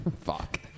Fuck